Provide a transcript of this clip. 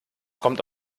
kommt